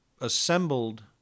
assembled